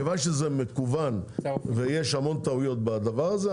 כיוון שזה מקוון ויש המון טעויות בדבר הזה,